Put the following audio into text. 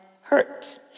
hurt